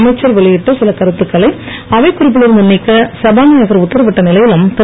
அமைச்சர் வெளியிட்ட சில கருத்துக்களை அவைக்குறிப்பில் இருந்து நீக்க சபாநாயகர் உத்தரவிட்ட நிலையிலும் திரு